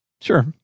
Sure